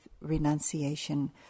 renunciation